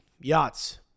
Yachts